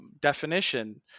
definition